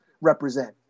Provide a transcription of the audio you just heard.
represent